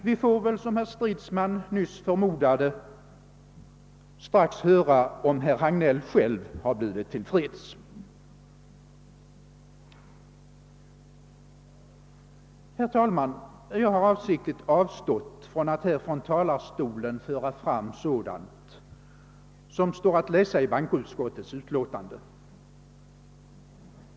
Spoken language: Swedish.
Vi får väl som herr Stridsman nyss förmodade strax höra om herr Hagnell själv har blivit till freds. Herr talman! Jag har avsiktligt avstått från att här från talarstolen föra fram sådant som står att läsa i bankoutskottets utlåtande.